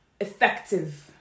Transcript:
effective